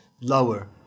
lower